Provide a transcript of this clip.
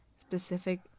specific